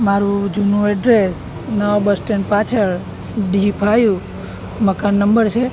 મારૂં જૂનું એડ્રેસ નવાં બસસ્ટેન્ડ પાછળ ડી ફાઇવ મકાન નંબર છે